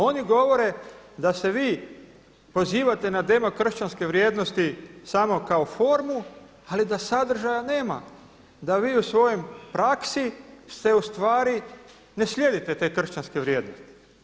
Oni govore da se vi pozivate na demokršćanske vrijednosti samo kao formu ali da sadržaja nema, da vi u svojoj praksi ustvari ne slijedite te kršćanske vrijednosti.